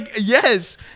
yes